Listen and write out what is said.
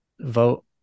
vote